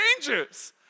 changes